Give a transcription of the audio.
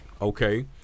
okay